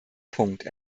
punkt